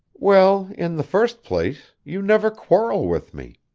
well, in the first place, you never quarrel with me.